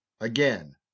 Again